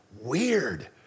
weird